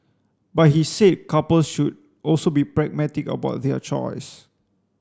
but he said couples should also be pragmatic about their choice